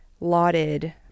lauded